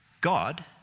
God